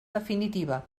definitiva